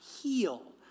heal